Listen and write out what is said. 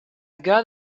girl